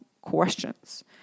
questions